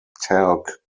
talc